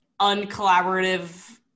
uncollaborative